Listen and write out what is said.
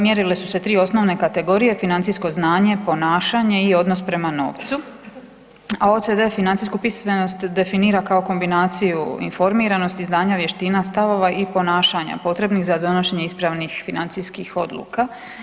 Mjerile su se tri osnovne kategorije, financijsko znanje, ponašanje i odnos prema novcu, a OCD financijsku pismenost definira kao kombinaciju informiranosti, znanja, vještina, stavova i ponašanja potrebnih za donošenje ispravnih financijskih odluka.